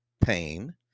pain